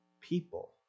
people